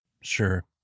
Sure